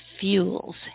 fuels